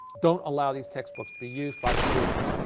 don't allow these textbooks to be used by students.